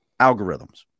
algorithms